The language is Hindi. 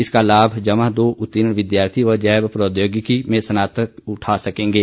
इसका लाभ जमा दो उत्तीर्ण विद्यार्थी व जैव प्रौद्योगिकी में स्नातक उठा सकेंगे